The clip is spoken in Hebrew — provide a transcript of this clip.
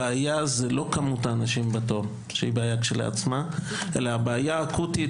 הבעיה היא לא כמות האנשים בתור אלא זמן